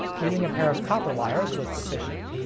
using a pair of copper wires was sufficient.